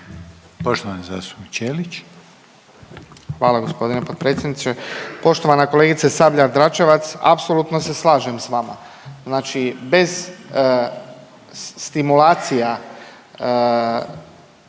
Ivan (HDZ)** Hvala g. potpredsjedniče. Poštovana kolegice Sabljar-Dračevac, apsolutno se slažem s vama, znači bez stimulacija,